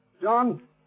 John